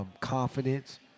confidence